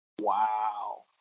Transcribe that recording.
Wow